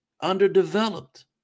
underdeveloped